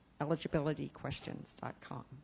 eligibilityquestions.com